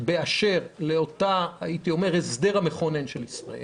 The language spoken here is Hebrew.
באשר לאותו הסדר מכונן של ישראל,